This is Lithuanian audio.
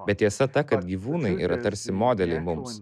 bet tiesa ta kad gyvūnai yra tarsi modeliai mums